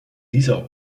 dieser